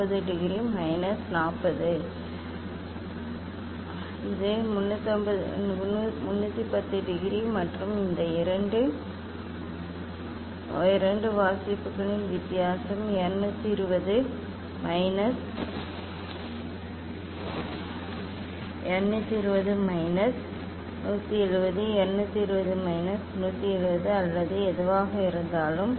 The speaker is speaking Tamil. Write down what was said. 350 டிகிரி மைனஸ் 40 இது 310 டிகிரி மற்றும் இந்த இரண்டு வாசிப்புகளின் வித்தியாசம் 220 மைனஸ் 170 220 மைனஸ் 170 அல்லது எதுவாக இருந்தாலும்